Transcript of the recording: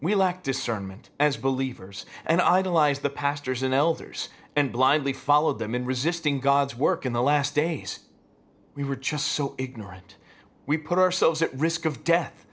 elect discernment as believers and idolize the pastors and elders and blindly follow them in resisting god's work in the last days we were just so ignorant we put ourselves at risk of death